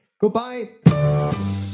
Goodbye